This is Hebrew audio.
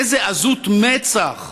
איזו עזות מצח.